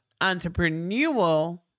entrepreneurial